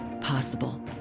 possible